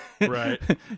right